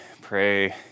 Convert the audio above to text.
pray